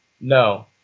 no